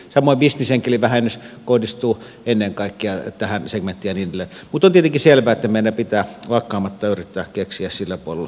sama bisnesenkelivähennys kohdistuu ennen kaikkea tätähän se mikkelin ja pudotti liki selvä kymmene pitää lakkaamatta yrittää keksiä sillä ollu